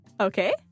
Okay